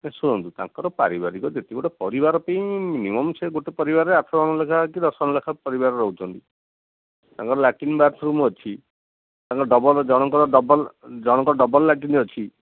ଏ ଶୁଣନ୍ତୁ ତାଙ୍କର ପାରିବାରିକ ଯେତିକି ଗୋଟେ ପରିବାର ପାଇଁ ମିନିମମ ସେ ଗୋଟେ ପରିବାରରେ ଆଠ ଜଣ ଲେଖାଁ କି ଦଶ ଜଣ ଲେଖାଁ ପରିବାର ରହୁଛନ୍ତି ତାଙ୍କର ଲାଟିନ ବାଥରୁମ ଅଛି ଡବଲ ଜଣଙ୍କର ଡବଲ ଜଣଙ୍କର ଡବଲ ଲାଟିନ ଅଛି